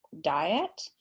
diet